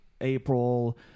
April